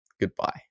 goodbye